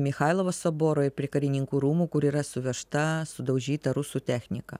michailovo soboro ir prie karininkų rūmų kur yra suvežta sudaužyta rusų technika